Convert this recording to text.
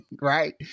right